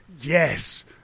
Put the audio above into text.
yes